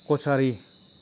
कसारि